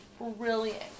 brilliant